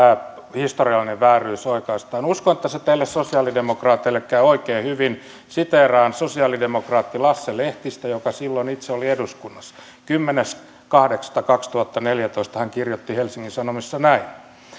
historiallinen vääryys oikaistaan uskon että se teille sosialidemokraateille käy oikein hyvin siteeraan sosialidemokraatti lasse lehtistä joka silloin itse oli eduskunnassa kymmenes kahdeksatta kaksituhattaneljätoista hän kirjoitti helsingin sanomissa näin